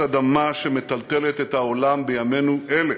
אדמה שמטלטלת את העולם בימינו אלה.